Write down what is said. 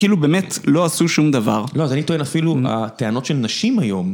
כאילו באמת לא עשו שום דבר. לא, אז אני טוען אפילו הטענות של נשים היום.